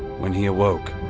when he awoke,